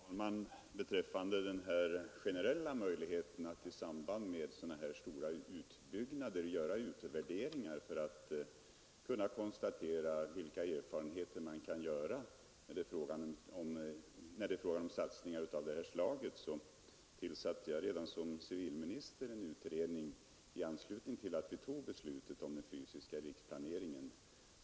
Fru talman! Beträffande den generella möjligheten att göra utvärderingar när det är fråga om stora satsningar av detta slag vill jag nämna att jag redan som civilminister tillsatte en utredning i anslutning till att vi tog beslutet om den fysiska riksplaneringen.